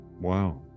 Wow